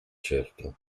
certo